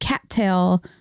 cattail